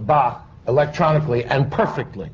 bach electronically and perfectly.